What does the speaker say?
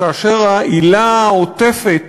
כאשר ההילה העוטפת